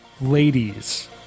ladies